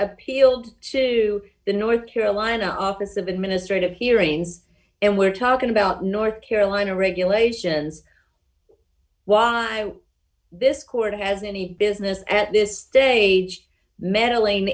appealed to the north carolina office of administrative hearings and we're talking about north carolina regulations why this court has any business at this stage meddling